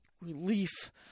Relief